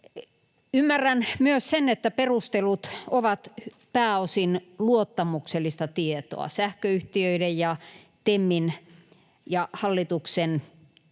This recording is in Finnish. Ymmärrän myös sen, että perustelut ovat pääosin luottamuksellista tietoa sähköyhtiöiden ja TEMin ja hallituksen välillä